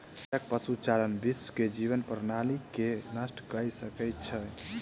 भेड़क पशुचारण विश्व के जीवन प्रणाली के नष्ट कय सकै छै